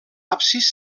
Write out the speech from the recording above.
absis